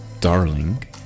darling